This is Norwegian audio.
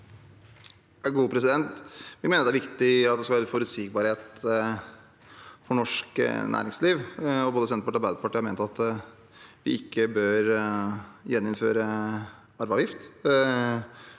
Vi mener det er viktig at det er forutsigbarhet for norsk næringsliv. Både Senterpartiet og Arbeiderpartiet har ment at vi ikke bør gjeninnføre arveavgift,